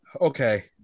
Okay